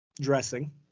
dressing